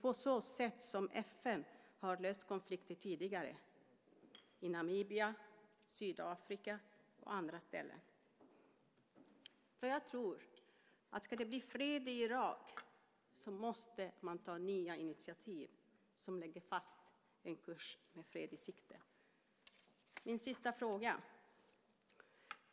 På så sätt har ju FN löst konflikter tidigare, i Namibia, i Sydafrika och på andra ställen. Om det ska bli fred i Irak måste man ta nya initiativ som lägger fast en kurs med fred i sikte.